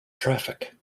traffic